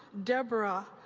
deborah,